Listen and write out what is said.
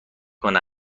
کنی